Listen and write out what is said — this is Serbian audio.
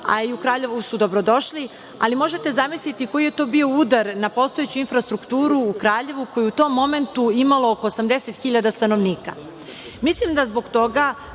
u Kraljevu su dobro došli, ali možete zamisliti koji je to bio udar na postojeću infrastrukturu u Kraljevu, koje je u tom momentu imalo oko 80.000 stanovnika. Mislim da zbog toga